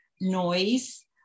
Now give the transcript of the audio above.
noise